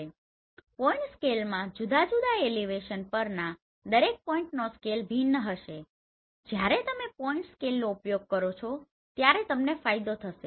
તેથી પોઇન્ટ સ્કેલમાં જુદા જુદા એલિવેશન પરના દરેક પોઇન્ટનો સ્કેલ ભિન્ન હશે અને જયારે તમે પોઈન્ટ સ્કેલનો ઉપયોગ કરો છો ત્યારે તમને ફાયદો થશે